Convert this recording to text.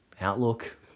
outlook